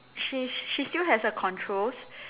she's she still has her controls